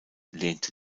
lehnte